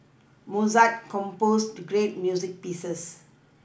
Mozart composed great music pieces